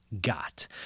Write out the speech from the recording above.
got